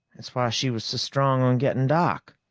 that's why she was so strong on getting doc.